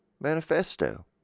manifesto